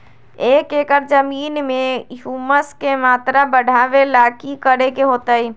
एक एकड़ जमीन में ह्यूमस के मात्रा बढ़ावे ला की करे के होतई?